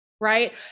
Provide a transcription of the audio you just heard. right